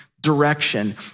direction